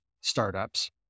startups